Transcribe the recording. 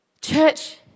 church